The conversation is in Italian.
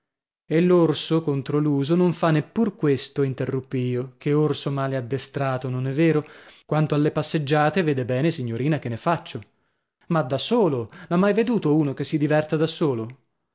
e l'orso contro l'uso non fa neppur questo interruppi io che orso male addestrato non è vero quanto alle passeggiate vede bene signorina che ne faccio ma da solo l'ha mai veduto uno che si diverta da solo